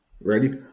Ready